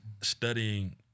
studying